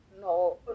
no